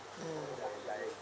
mm